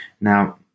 Now